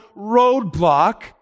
roadblock